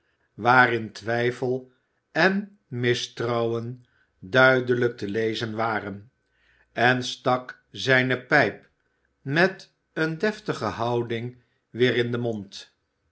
waarin twijfel en mistrouwen duidelijk te lezen waren en stak zijne pijp met een deftige houding weer in den mond